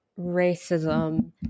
racism